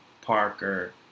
Parker